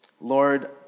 Lord